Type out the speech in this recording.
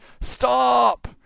Stop